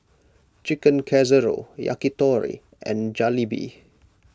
Chicken Casserole Yakitori and Jalebi